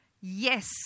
Yes